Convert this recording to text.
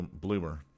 bloomer